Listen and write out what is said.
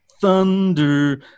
thunder